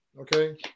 Okay